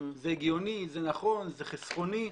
זה הגיוני, זה נכון, זה חסכוני.